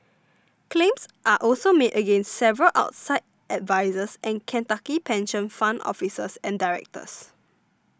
claims are also made against several outside advisers and Kentucky pension fund officers and directors